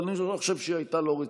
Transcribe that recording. אבל אני לא חושב שהיא הייתה לא רצינית.